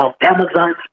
amazon